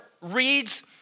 reads